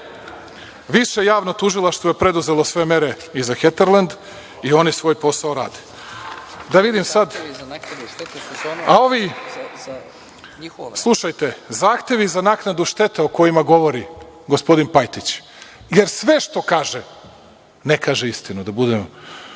Više javno tužilaštvo je preduzelo sve mere i za Heterlend i oni svoj posao rade. Zahtevi za naknadu štete o kojima govori gospodin Pajtić, jer sve što kaže ne kaže istinu,